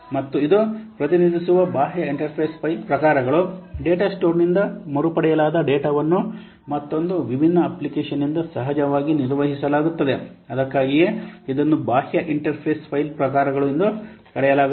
ಮತ್ತು ಇದು ಪ್ರತಿನಿಧಿಸುವ ಬಾಹ್ಯ ಇಂಟರ್ಫೇಸ್ ಫೈಲ್ ಪ್ರಕಾರಗಳು ಡೇಟಾ ಸ್ಟೋರ್ನಿಂದ ಮರುಪಡೆಯಲಾದ ಡೇಟಾವನ್ನು ಮತ್ತೊಂದು ವಿಭಿನ್ನ ಅಪ್ಲಿಕೇಶನ್ನಿಂದ ನಿಜವಾಗಿ ನಿರ್ವಹಿಸಲಾಗುತ್ತದೆ ಅದಕ್ಕಾಗಿಯೇ ಇದನ್ನು ಬಾಹ್ಯ ಇಂಟರ್ಫೇಸ್ ಫೈಲ್ ಪ್ರಕಾರಗಳು ಎಂದು ಕರೆಯಲಾಗುತ್ತದೆ